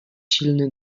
silny